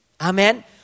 Amen